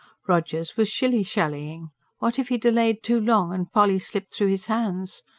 rogers was shilly-shallying what if he delayed too long and polly slipped through his hands?